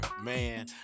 man